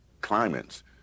climates